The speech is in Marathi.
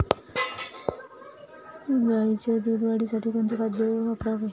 गाईच्या दूध वाढीसाठी कोणते पशुखाद्य वापरावे?